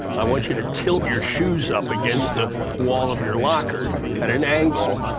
i want you to tilt your shoes up against the wall of your locker at an angle.